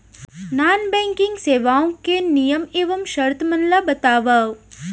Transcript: non banking सेवाओं के नियम एवं शर्त मन ला बतावव